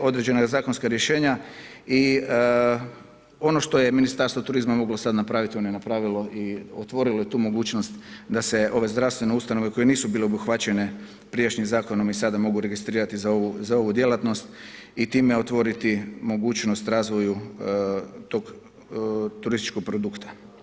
I ono što je Ministarstvo turizma moglo sada napraviti ono je napravilo i otvorilo je tu mogućnost da se ove zdravstvene ustanove koje nisu bile obuhvaćene prijašnjim zakonom i sada mogu registrirati za ovu djelatnost i time otvoriti mogućnost razvoju tog turističkog produkta.